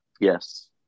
Yes